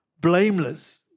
Blameless